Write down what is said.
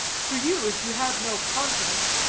for you, if you have no confidence,